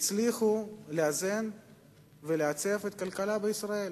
שהצליחו לאזן ולעצב את הכלכלה בישראל